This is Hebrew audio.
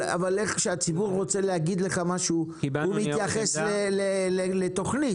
כשהציבור רוצה להגיד משהו, הוא מתייחס לתכנית.